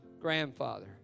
grandfather